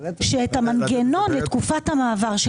שיוציאו תקנות פרטניות לגבי המנגנון לתקופת המעבר,